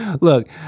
Look